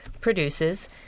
produces